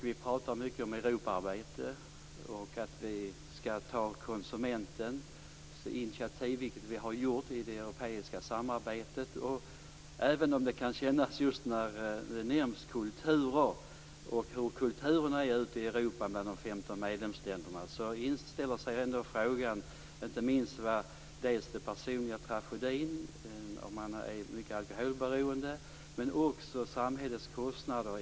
Vi talar mycket om Europasamarbete och om att vi skall ta konsumentinitiativ, vilket vi har gjort i det europeiska samarbetet. Även om det talas om olika kulturer i de 15 medlemsländerna inställer sig frågan inte minst om personliga tragedier i form av alkoholberoende men också om samhällets kostnader.